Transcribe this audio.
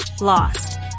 lost